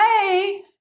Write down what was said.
hey